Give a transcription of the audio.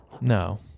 No